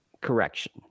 Correction